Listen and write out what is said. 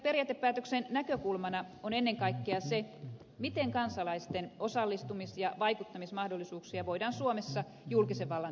periaatepäätöksen näkökulmana on ennen kaikkea se miten kansalaisten osallistumis ja vaikuttamismahdollisuuksia voidaan suomessa julkisen vallan toimin vahvistaa